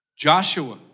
Joshua